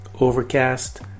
Overcast